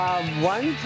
One